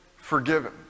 forgiven